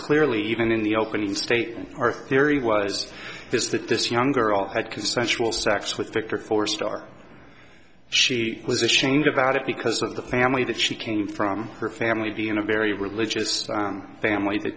clearly even in the opening statement our theory was this that this young girl had consensual sex with victor four star she was ashamed about it because of the family that she came from her family being a very religious family t